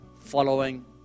following